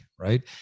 Right